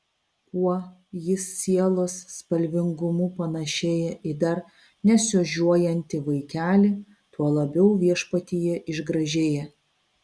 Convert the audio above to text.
kuo jis sielos spalvingumu panašėja į dar nesiožiuojantį vaikelį tuo labiau viešpatyje išgražėja